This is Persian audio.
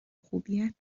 خوبیت